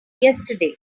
yesterday